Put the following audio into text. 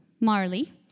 Marley